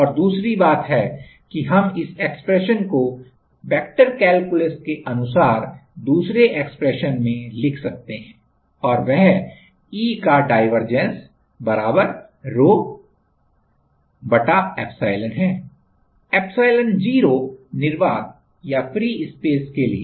और दूसरी बात है कि हम इस एक्सप्रेशन को वेक्टर कैलकुलस के अनुसार दूसरे एक्सप्रेशन में लिख सकते हैं और वह E का डाइवर्जेंस बराबर rho epsilon है epsilon0 निर्वात के लिए